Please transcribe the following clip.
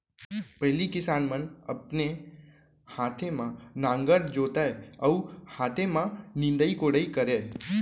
पहिली किसान मन अपने हाथे म नांगर जोतय अउ हाथे म निंदई कोड़ई करय